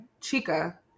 Chica-